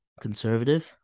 conservative